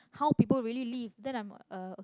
how people really live then i'm uh okay